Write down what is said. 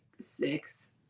six